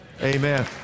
amen